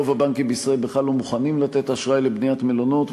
רוב הבנקים בישראל בכלל לא מוכנים לתת אשראי לבניית מלונות,